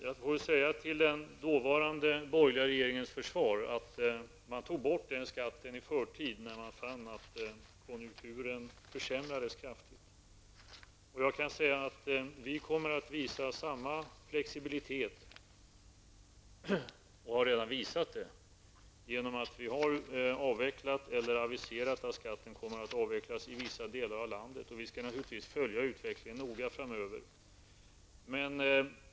Jag vill till den dåvarande borgerliga regeringens försvar säga att man tog bort skatten i förtid när man fann att konjunkturen försämrades kraftigt. Jag kan också säga att vi kommer att visa samma flexibilitet, och har redan visat det genom att vi har aviserat att skatten kommer att avvecklas i vissa delar av landet. Vi skall naturligtvis följa utvecklingen noga framöver.